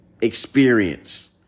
experience